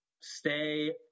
stay